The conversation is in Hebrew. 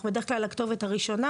אנחנו בדרך כלל הכתובת הראשונה,